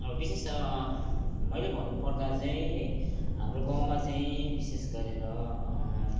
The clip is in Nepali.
अब विशेष मैले भन्नुपर्दा चाहिँ है हाम्रो गाउँमा चाहिँ विशेष गरेर